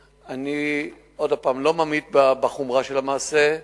אני, עוד פעם, לא ממעיט בחומרה של המעשה.